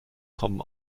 kommen